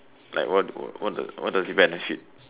like what what does it benefit